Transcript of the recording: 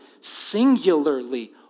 singularly